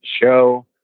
Show